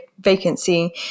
vacancy